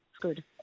good